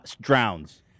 drowns